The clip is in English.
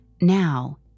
now